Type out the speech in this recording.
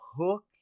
hook